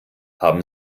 haben